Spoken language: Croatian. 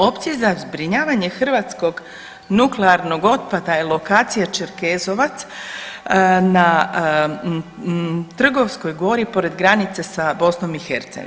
Opcije za zbrinjavanje hrvatskog nuklearnog otpada je lokacija Čerkezovac na Trgovskoj gori pored granice sa BiH.